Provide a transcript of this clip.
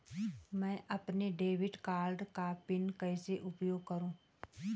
मैं अपने debit card का पिन कैसे उपयोग करूँ?